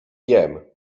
jem